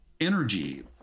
energy